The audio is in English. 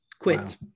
quit